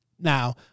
Now